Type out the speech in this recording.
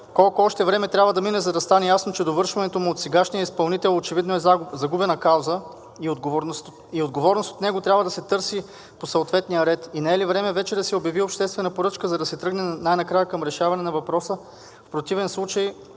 Колко още време трябва да мине, за да стане ясно, че довършването му от сегашния изпълнител очевидно е загубена кауза и отговорност от него трябва да се търси по съответния ред, и не е ли време вече да се обяви обществена поръчка, за да се тръгне най-накрая към решаване на въпроса? В противен случай